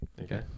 Okay